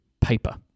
paper